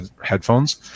headphones